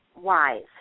Wise